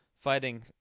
fighting